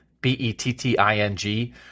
B-E-T-T-I-N-G